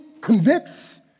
convicts